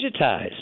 digitized